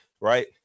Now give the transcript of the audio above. right